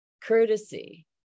courtesy